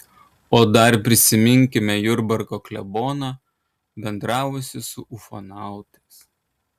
o dar prisiminkime jurbarko kleboną bendravusį su ufonautais